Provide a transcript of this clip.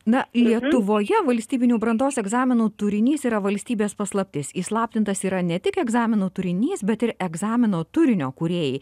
na lietuvoje valstybinių brandos egzaminų turinys yra valstybės paslaptis įslaptintas yra ne tik egzaminų turinys bet ir egzamino turinio kūrėjai